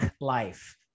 life